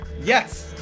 Yes